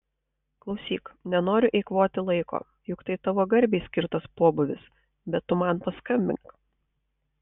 klausyk nenoriu eikvoti laiko juk tai tavo garbei skirtas pobūvis bet tu man paskambink